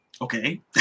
Okay